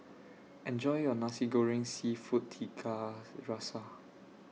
Enjoy your Nasi Goreng Seafood Tiga Rasa